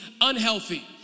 unhealthy